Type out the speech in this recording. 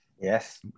Yes